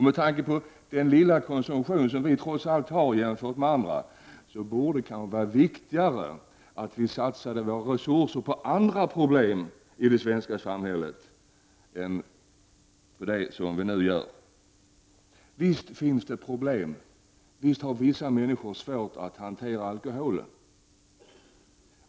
Med tanke på den lilla konsumtion som vi har jämfört med andra länder, borde det kanske vara viktigare att satsa våra resurser på andra problem i det svenska samhället än på detta. Visst finns det alkoholproblem. Visst har vissa människor svårt att hantera alkoholen.